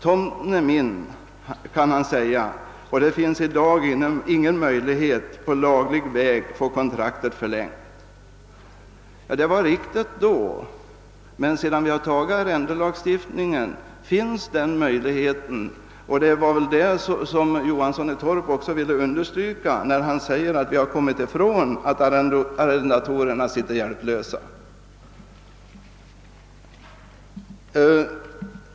”Tomten är min”, kan han säga, och det finns i dag ingen möjlighet att på laglig väg få kontraktet förlängt.» Detta var riktigt då, men sedan vi antagit ändringen i arrendelagstiftningen finns den möjligheten. Herr Johansson i Torp underströk också detta och påpekade att arrendatorerna inte längre sitter hjälplösa.